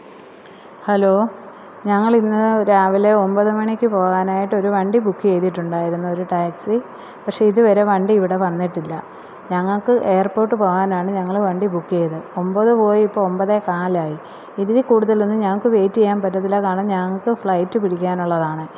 hello ഞങ്ങളിന്ന് രാവിലെ ഒമ്പത് മണിക്ക് പോകാനായിട്ട് ഒരു വണ്ടി ബുക്ക് ചെയ്തിട്ടുണ്ടായിരുന്നു ഒരു ടാക്സി പഷേ ഇതുവരെ വണ്ടി ഇവിടെ വന്നിട്ടില്ല ഞങ്ങൾക്ക് എയര്പ്പോട്ട് പോവാനാണ് ഞങ്ങൾ വണ്ടി ബുക്ക് ചെയ്തത് ഒമ്പത് പോയി ഇപ്പോൾ ഒമ്പതേ കാല് ആയി ഇതിലിക്കൂടുതൽ ഒന്നും ഞങ്ങൾക്ക് വേയ്റ്റ് ചെയ്യാൻ പറ്റത്തില്ല കാരണം ഞങ്ങൾക്ക് ഫ്ലൈറ്റ് പിടിക്കാനുള്ളതാണ്